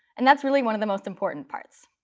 and that's really one of the most important parts.